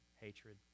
hatred